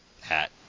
hat